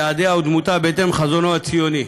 יעדיה ודמותה בהתאם לחזונו הציוני.